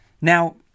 Now